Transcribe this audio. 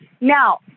now